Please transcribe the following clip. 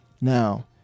Now